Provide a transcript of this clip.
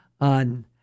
on